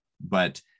but-